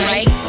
Right